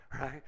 right